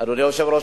אדוני היושב-ראש,